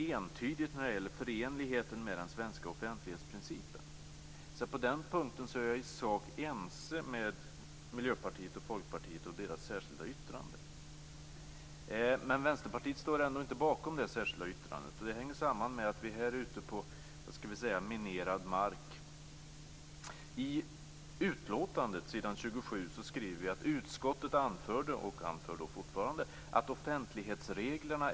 Eftersom regeringen snabbt tog sig an problematiken med personuppgiftslagen har även Datainspektionens svar till regeringen faktiskt varit en viktig del i KU:s slutliga ställningstagande i betänkandet. Nu kom dock hanteringen av Datainspektionens svar att förskjutas i förhållande till betänkandet. Därför vill jag lämna min syn på den del som jag anser borde utvecklas ytterligare.